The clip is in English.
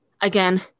again